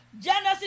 Genesis